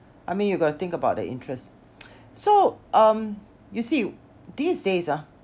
I mean you got to think about the interest so um you see these days ah